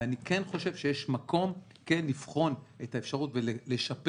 ואני כן חושב שיש מקום לבחון את האפשרות ולשפר